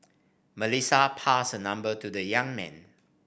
Melissa passed her number to the young man